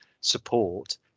support